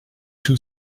two